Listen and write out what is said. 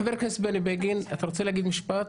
חבר הכנסת בני בגין, אתה רוצה להגיד משפט?